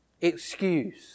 excuse